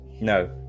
No